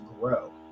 grow